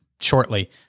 shortly